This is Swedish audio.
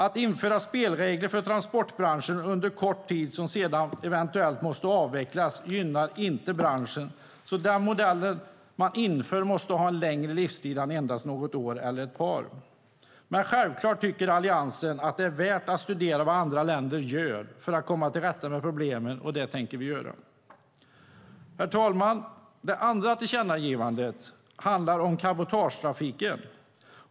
Att införa regler för transportbranschen under kort tid som sedan eventuellt måste avvecklas gynnar inte branschen. Den modell man inför måste ha längre livstid än endast något år eller ett par år. Men självklart tycker Alliansen att det är värt att studera vad andra länder gör för att komma till rätta med problemen, och det tänker vi göra. Herr talman! Det andra tillkännagivandet handlar om cabotagetrafiken.